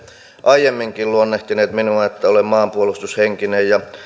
aiemminkin luonnehtinut minua että olen maanpuolustushenkinen ja